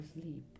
sleep